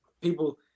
People –